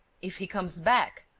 if he comes back!